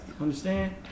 understand